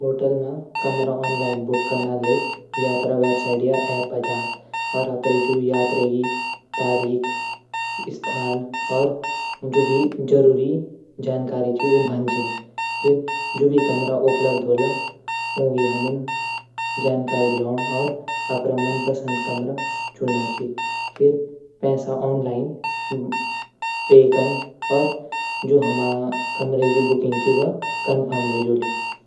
होटल मा कमरा online book कनाले यात्रा वैवसाइट या एप्स पर जांण और अपडी जू यात्रा की तारीख स्थान जू भी जरूरी जानकारी च ऊ भन छन जू भी कमरा उपलब्ध हूवाला ऊंकी हमन जानकारी लीण अपड मनपसंद कमरा चुनण च फिर पैसा आनलाईन पे कन। और जू हमरी कमरा की बुकिंग च वा कन्फर्म ह्वे जाली।